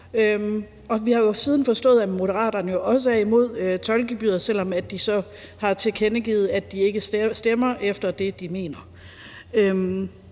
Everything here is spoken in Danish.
vi har siden også forstået, at Moderaterne er imod det, selv om de så har tilkendegivet, at de ikke stemmer efter det, de mener.